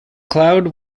claude